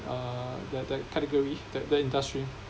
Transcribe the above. uh that that category that that industry